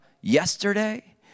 yesterday